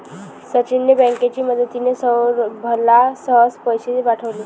सचिनने बँकेची मदतिने, सौरभला सहज पैसे पाठवले